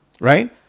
Right